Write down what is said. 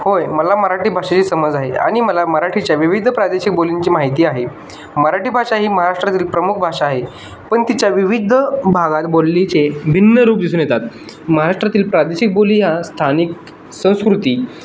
होय मला मराठी भाषेची समज आहे आणि मला मराठीच्या विविध प्रादेशिक बोलींची माहिती आहे मराठी भाषा ही महाराष्ट्रातील प्रमुख भाषा आहे पण तिच्या विविध भागात बोलीचे भिन्न रूप दिसून येतात महाराष्ट्रातील प्रादेशिक बोली ह्या स्थानिक संस्कृती